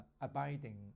abiding